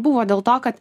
buvo dėl to kad